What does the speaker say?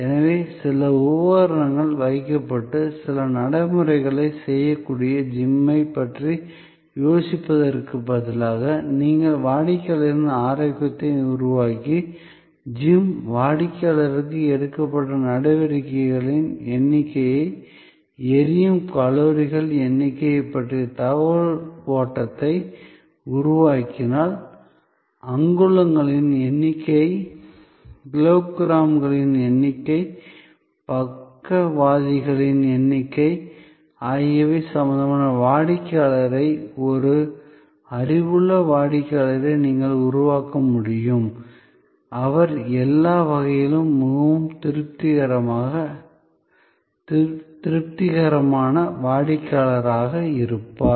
எனவே சில உபகரணங்கள் வைக்கப்பட்டு சில நடைமுறைகளைச் செய்யக்கூடிய ஜிம்மைப் பற்றி யோசிப்பதற்குப் பதிலாக நீங்கள் வாடிக்கையாளரின் ஆரோக்கியத்தை உருவாக்கி ஜிம் வாடிக்கையாளருக்கு எடுக்கப்பட்ட நடவடிக்கைகளின் எண்ணிக்கை எரியும் கலோரிகளின் எண்ணிக்கை பற்றிய தகவல் ஓட்டத்தை உருவாக்கினால் அங்குலங்களின் எண்ணிக்கை கிலோகிராம்களின் எண்ணிக்கை பக்கவாதிகளின் எண்ணிக்கை ஆகியவை சம்பந்தப்பட்ட வாடிக்கையாளரை ஒரு அறிவுள்ள வாடிக்கையாளரை நீங்கள் உருவாக்க முடியும் அவர் எல்லா வகையிலும் மிகவும் திருப்திகரமான வாடிக்கையாளராக இருப்பார்